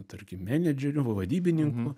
tarkim menedžerių vadybininkų